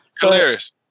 Hilarious